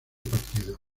partido